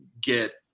get